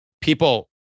people